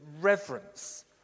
reverence